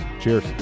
Cheers